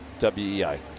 WEI